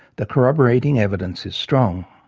the corroborating evidence is strong.